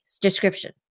description